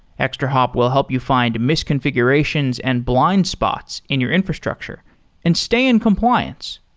extrahop will help you find misconfigurations and blind spots in your infrastructure and stay in compliance.